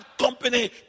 company